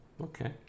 Okay